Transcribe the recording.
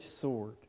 sword